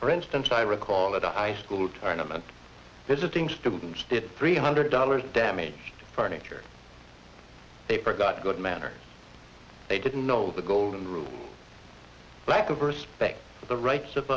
for instance i recall a high school tournament visiting just three hundred dollars damaged furniture they forgot good manners they didn't know of the golden rule lack of respect for the rights of